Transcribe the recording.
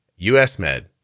usmed